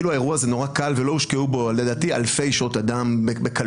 כאילו האירוע הזה נורא קל ולא הושקעו בו לדעתי אלפי שעות אדם בקלות.